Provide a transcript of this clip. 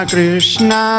Krishna